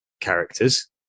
characters